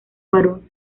baron